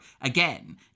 again